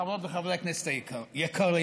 חברות וחברי הכנסת היקרים,